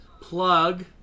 plug